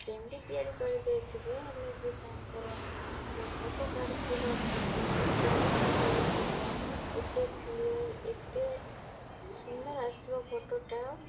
ସେମିତି ତିଆରି କରିଦେଇଥିବେ ହେଲେ ବି ତାଙ୍କର ସେ ଫଟୋ କାଟୁଥିବା ଫଟୋର କ୍ୱାଲିଟି ଭଲ ଥିବ ଏତେ କ୍ଲିଅର୍ ଏତେ ସୁନ୍ଦର ଆସିଥିବା ଫଟୋଟା